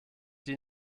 die